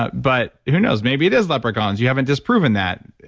but but who knows? maybe it is leprechauns you haven't just proven that.